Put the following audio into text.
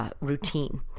Routine